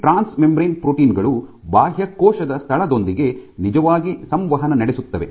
ಈ transmembrane protein ಗಳು ಬಾಹ್ಯಕೋಶದ ಸ್ಥಳದೊಂದಿಗೆ ನಿಜವಾಗಿ ಸಂವಹನ ನಡೆಸುತ್ತವೆ